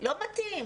לא מתאים.